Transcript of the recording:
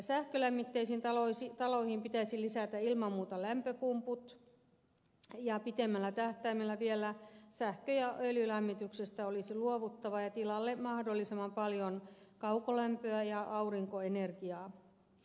sähkölämmitteisiin taloihin pitäisi lisätä ilman muuta lämpöpumput ja pitemmällä tähtäimellä vielä sähkö ja öljylämmityksestä olisi luovuttava ja otettava tilalle mahdollisimman paljon kaukolämpöä ja aurinkoenergiaa